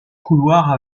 couloirs